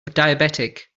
diabetic